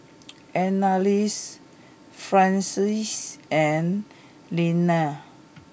Annalise Frances and Linnea